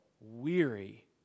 weary